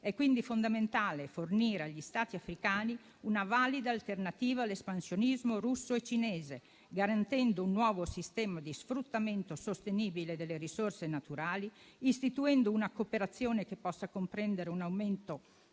È quindi fondamentale fornire agli Stati africani una valida alternativa all'espansionismo russo e cinese, garantendo un nuovo sistema di sfruttamento sostenibile delle risorse naturali, istituendo una cooperazione che possa comprendere un aumento